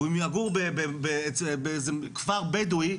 ואם הוא יגור באיזה כפר בדואי,